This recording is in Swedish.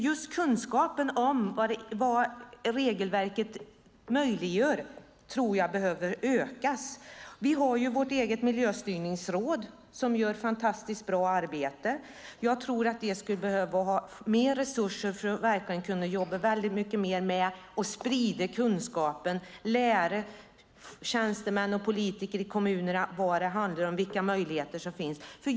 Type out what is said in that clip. Just kunskapen om vad regelverket möjliggör behöver ökas. Vi har vårt eget miljöstyrningsråd som gör ett fantastiskt bra arbete. De behöver mer resurser för att jobba mer med att sprida kunskapen, lära tjänstemän och politiker i kommunerna vad det handlar om och vilka möjligheter som finns.